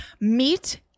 Meet